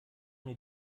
mir